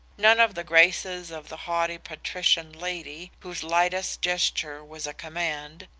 none of the graces of the haughty patrician lady whose lightest gesture was a command,